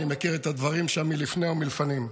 ואני מכיר את הדברים שם מלפני ומלפנים.